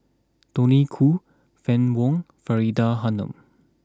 Tony Khoo Fann Wong Faridah Hanum